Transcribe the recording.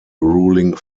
ruling